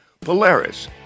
Polaris